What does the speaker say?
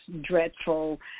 dreadful